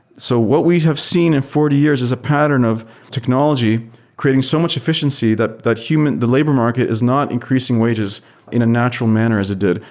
so what we have seen in forty years is a pattern of technology creating so much efficiency that that the labor market is not increasing wages in a natural manner as it did,